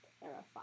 terrifying